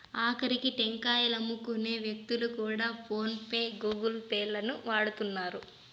ఆకరికి టెంకాయలమ్ముకునే వ్యక్తులు కూడా ఫోన్ పే గూగుల్ పే లను వాడుతున్నారు